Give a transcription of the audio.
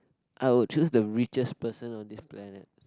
I would choose the richest person on this planet